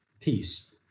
peace